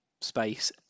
space